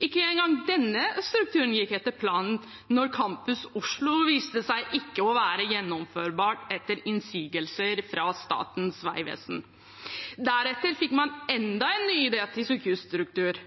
Ikke engang denne strukturen gikk etter planen, da Campus Oslo viste seg ikke å være gjennomførbar, etter innsigelser fra Statens vegvesen. Deretter fikk man enda en ny idé til sykehusstruktur.